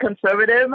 conservative